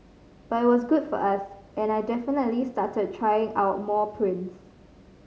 but it was good for us and I definitely started trying more prints